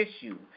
issue